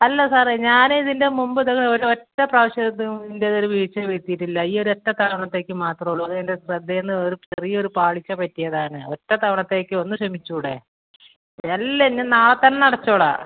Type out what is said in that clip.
അല്ല സാറേ ഞാനിതിൻ്റെ മുമ്പിത് ഒറ്റ പ്രാവശ്യം ഇതിൻ്റെ ഒര് വീഴ്ച വരുത്തിയിട്ടില്ല ഈ ഒരൊറ്റ തവണത്തേക്ക് മാത്രമുള്ളു അതെൻ്റെ ശ്രദ്ധയിൽ നിന്ന് ഒര് ചെറിയൊര് പാളിച്ച പറ്റിയതാണ് ഒറ്റ തവണത്തേക്ക് ഒന്ന് ക്ഷമിച്ച് കൂടെ ഇല്ല ഇനി നാളെ തന്നെ അടച്ചോളാം